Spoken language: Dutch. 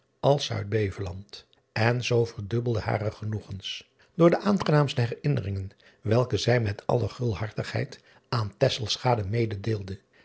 als uidbeveland en zoo verdubbelden hare genoegens door de aangenaamste herinneringen welke zij met alle gulhartigheid aan